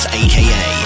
aka